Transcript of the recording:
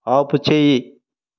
ఆపుచేయి